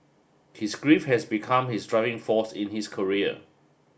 his grief had become his driving force in his career